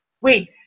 wait